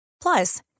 Plus